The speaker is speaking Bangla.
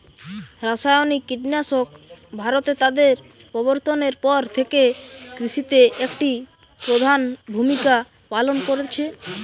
রাসায়নিক কীটনাশক ভারতে তাদের প্রবর্তনের পর থেকে কৃষিতে একটি প্রধান ভূমিকা পালন করেছে